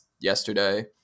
yesterday